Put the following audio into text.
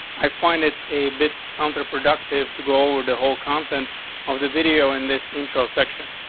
i find it a bit counterproductive to go over the whole content of the video in this interest section.